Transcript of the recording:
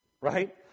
Right